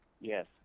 Yes